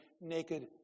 Naked